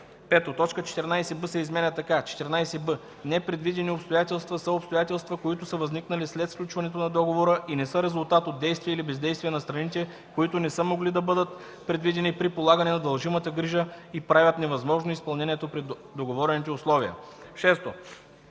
5. Точка 14б се изменя така: „14б. „Непредвидени обстоятелства” са обстоятелства, които са възникнали след сключването на договора и не са резултат от действие или бездействие на страните, които не са могли да бъдат предвидени при полагане на дължимата грижа и правят невъзможно изпълнението при договорените условия.”р 6.